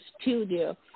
studio